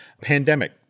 pandemic